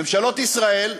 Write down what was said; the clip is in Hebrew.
ממשלות ישראל,